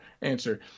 answer